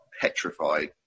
petrified